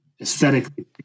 aesthetically